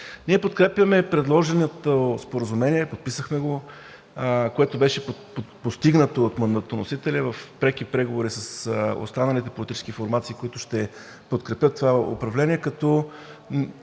Ние подкрепяме предложеното споразумение, подписахме го. То беше постигнато от мандатоносителя в преки преговори с останалите политически формации, които ще подкрепят това управление като